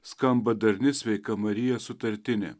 skamba darni sveika marija sutartinė